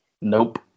Nope